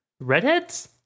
redheads